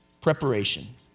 Preparation